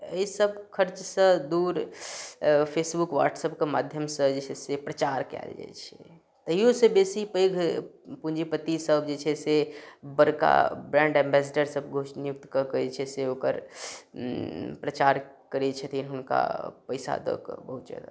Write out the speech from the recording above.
एहि सब खर्चसँ दूर फेसबुक व्हाट्सअपके माध्यमसँ जे छै से प्रचार कयल जाइत छै तैयो सँ बेसी पैघ पूंजीपति सब जे छै से बड़का ब्रांड एम्बेसडर सब घोषित नियुक्त कऽ कऽ जे छै से ओकर प्रचार करैत छथिन हुनका पैसा दऽ कऽ बहुत जादा